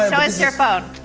so us your phone.